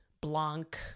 Blanc